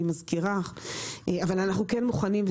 אבל אנחנו כן מוכנים,